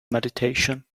meditation